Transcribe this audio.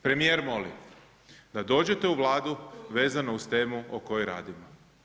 Premijer moli da sutra dođete u Vladu vezano uz temu o kojoj radimo.